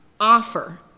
offer